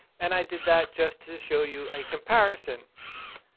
and i did that just to show you a comparison.